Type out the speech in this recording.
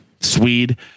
Swede